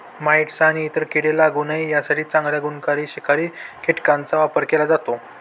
mites आणि इतर कीडे लागू नये यासाठी चांगल्या गुणकारी शिकारी कीटकांचा वापर केला जातो